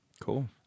Cool